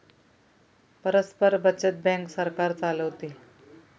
परस्पर बचत बँक सरकार चालवते